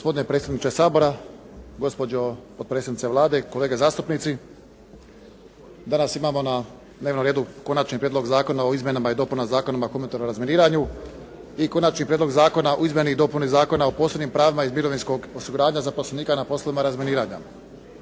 Gospodine predsjedniče Sabora, gospođo potpredsjednice Vlade, kolege zastupnici. Danas imamo na dnevnom redu Konačni prijedloga zakona o izmjenama i dopunama Zakona o humanitarnom razminiranju i Konačni prijedlog Zakona o izmjeni i dopuni Zakona o posebnim pravima iz mirovinskog osiguranja zaposlenika na poslovima razminiranja.